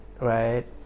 right